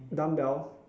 dumbbell